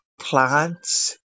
plants